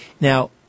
Now